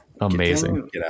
Amazing